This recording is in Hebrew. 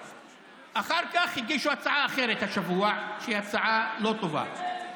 אחר כך הגישו הצעה אחרת השבוע, שהיא הצעה לא טובה.